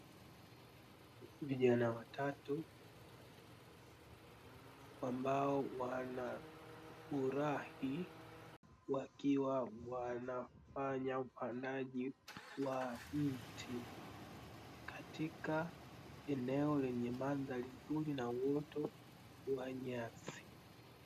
Vijana watatu ambao wanafurahi, wakiwa wanafanya upandaji wa mti katika eneo lenye mandhari nzuri na uoto wa nyasi.